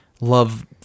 love